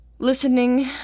listening